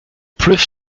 proof